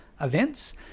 events